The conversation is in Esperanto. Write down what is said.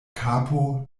kapo